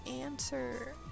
answer